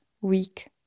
week